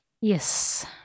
Yes